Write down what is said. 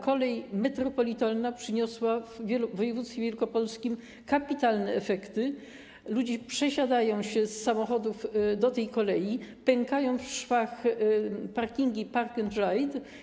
Kolej metropolitalna przyniosła w województwie wielkopolskim kapitalne efekty, ludzie przesiadają się z samochodów do tej kolei, pękają w szwach parkingi park & ride.